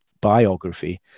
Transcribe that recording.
biography